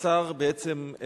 השר, בעצם,